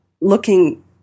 looking